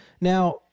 Now